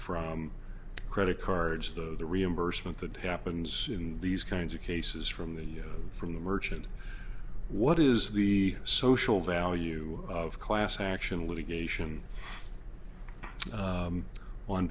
from credit cards though the reimbursement that happens in these kinds of cases from the from the merchant what is the social value of class action litigation